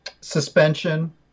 suspension